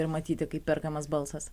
ir matyti kaip perkamas balsas